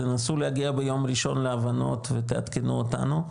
תנסו להגיע ביום ראשון להבנות ותעדכנו אותנו,